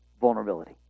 vulnerability